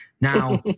Now